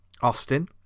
Austin